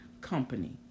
company